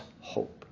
hope